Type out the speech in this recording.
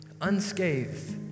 unscathed